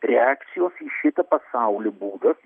reakcijos į šitą pasaulį būdas